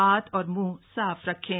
हाथ और मुंह साफ रखें